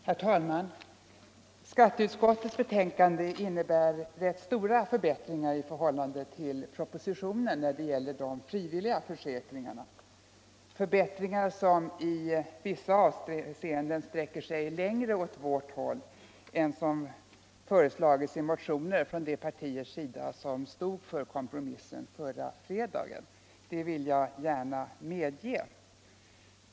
Herr talman! Skatteutskottets betänkande nr 20 innebär rätt stora förbättringar i förhållande till propositionen när det gäller de frivilliga pensionsförsäkringarna — förbättringar som i vissa avseenden sträcker sig längre åt vårt håll än vad som föreslagits i motioner från de partier som stod för kompromissen förra fredagen, det vill jag gärna medge.